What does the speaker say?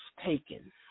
taken